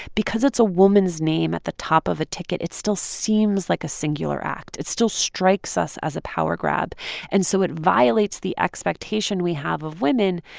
because it's a woman's name at the top of a ticket, it still seems like a singular act. it still strikes us as a power grab and so it violates the expectation we have of women.